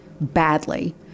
badly